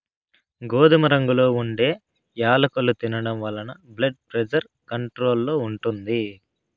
గోధుమ రంగులో ఉండే యాలుకలు తినడం వలన బ్లెడ్ ప్రెజర్ కంట్రోల్ లో ఉంటుంది